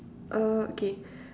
uh okay